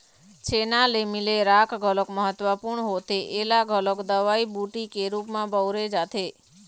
छेना ले मिले राख घलोक महत्वपूर्न होथे ऐला घलोक दवई बूटी के रुप म बउरे जाथे